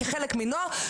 כחלק מנוהל,